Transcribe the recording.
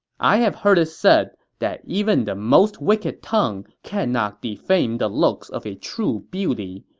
i have heard it said that even the most wicked tongue cannot defame the looks of a true beauty,